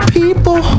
people